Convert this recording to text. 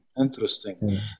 Interesting